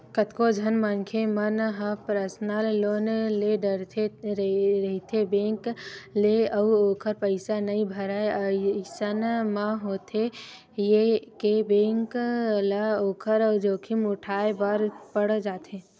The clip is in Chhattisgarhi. कतको झन मनखे मन ह पर्सनल लोन ले डरथे रहिथे बेंक ले अउ ओखर पइसा नइ भरय अइसन म होथे ये के बेंक ल ओखर जोखिम उठाय बर पड़ जाथे